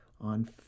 on